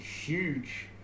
huge